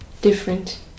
different